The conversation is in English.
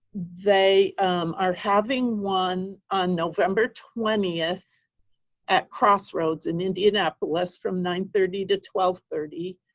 they are having one on november twentieth at crossroads in indianapolis from nine thirty to twelve thirty.